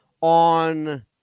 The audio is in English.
on